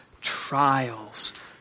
Trials